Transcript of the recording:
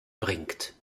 bringt